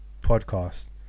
podcast